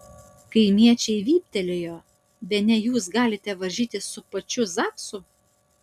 kaimiečiai vyptelėjo bene jūs galite varžytis su pačiu zaksu